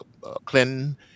Clinton